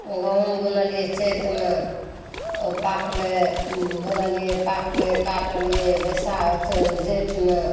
गहूॅंम बुनलियै चैतमे ओ पाकलै बुनलियै पाकलै काटलियै बैसाख जेठमे